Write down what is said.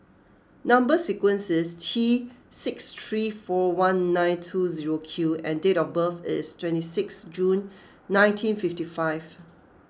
Number Sequence is T six three four one nine two zero Q and date of birth is twenty sixth June nineteen fifty five